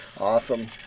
Awesome